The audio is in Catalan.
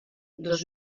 dos